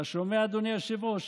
אדוני היושב-ראש,